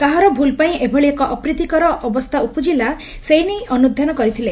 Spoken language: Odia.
କାହାର ଭୁଲ୍ ପାଇଁ ଏଭଳି ଏକ ଅପ୍ରୀତିକର ଅବସ୍ତା ଉପୁଜିଲା ସେନେଇ ଅନୁଧ୍ୟାନ କରିଥିଲେ